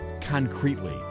concretely